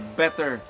better